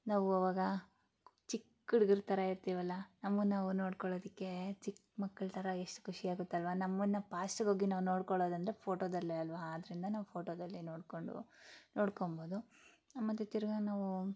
ನಾವು ಅವಾಗ ಚಿಕ್ಕ ಹುಡ್ಗರ ಥರ ಇರ್ತೀವಲ್ಲ ನಮ್ಮನ್ನ ನಾವು ನೋಡ್ಕೊಳೋದಕ್ಕೆ ಚಿಕ್ಕ ಮಕ್ಕಳ ಥರ ಎಷ್ಟು ಖುಷಿಯಾಗುತ್ತಲ್ವಾ ನಮ್ಮನ್ನ ಪಾಸ್ಟಗೋಗಿ ನಾವು ನೋಡ್ಕೊಳ್ಳೋದಂದ್ರೆ ಫೋಟೋದಲ್ಲೇ ಅಲ್ಲವಾ ಆದ್ದರಿಂದ ನಾವು ಫೋಟೋದಲ್ಲೇ ನೋಡಿಕೊಂಡು ನೋಡ್ಕೊಬೋದು ಮತ್ತು ತಿರ್ಗಿ ನಾವು